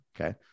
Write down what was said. okay